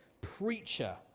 preacher